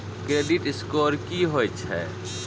Credit score की होय छै?